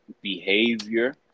behavior